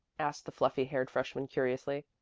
asked the fluffy-haired freshman curiously.